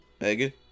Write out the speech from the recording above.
Megan